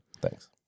Thanks